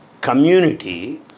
community